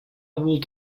would